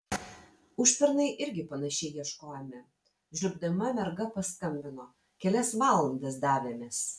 užpernai irgi panašiai ieškojome žliumbdama merga paskambino kelias valandas davėmės